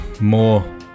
more